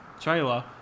trailer